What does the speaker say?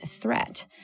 threat